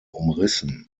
umrissen